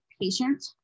patient